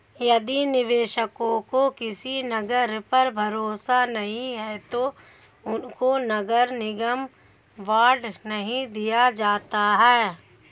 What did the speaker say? यदि निवेशकों को किसी नगर पर भरोसा नहीं है तो उनको नगर निगम बॉन्ड नहीं दिया जाता है